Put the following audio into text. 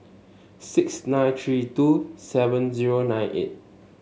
six nine three two seven zero nine eight